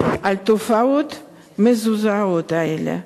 על התופעות המזעזעות האלה.